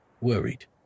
worried